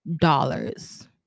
dollars